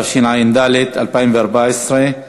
התשע"ד 2014,